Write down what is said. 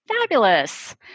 Fabulous